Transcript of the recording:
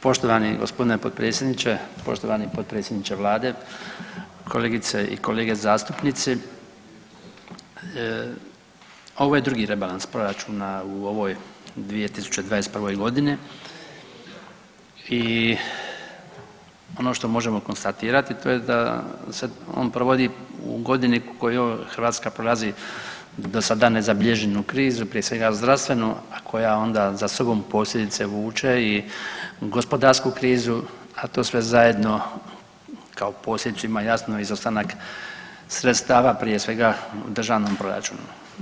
Poštovani gospodine potpredsjedniče, poštovani potpredsjedniče vlade, kolegice i kolege zastupnici, ovo je drugi rebalans proračuna u ovoj 2021. godini i ono što možemo konstatirati da se on provodi u godini u kojoj Hrvatska prolazi do sada nezabilježenu krizu, prije svega zdravstvenu, a koja onda za sobom posljedice vuče i gospodarsku krizu, a to sve zajedno kao posljedicu jasno ima izostanak sredstava prije svega u državnom proračunu.